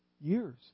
Years